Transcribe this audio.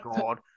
God